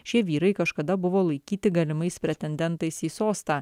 šie vyrai kažkada buvo laikyti galimais pretendentais į sostą